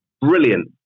brilliant